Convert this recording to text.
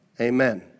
amen